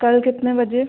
कल कितने बजे